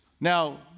Now